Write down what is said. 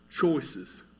choices